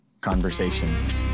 conversations